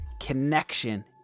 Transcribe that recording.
connection